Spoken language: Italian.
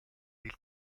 del